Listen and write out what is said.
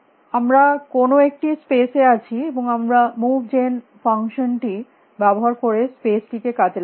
আমরা কোনো একটি স্পেস এ আছি এবং আমরা মুভ জেন ফাংশানটি ব্যবহার করে স্পেস টিকে কাজে লাগাচ্ছি